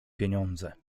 pieniądze